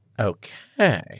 Okay